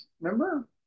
Remember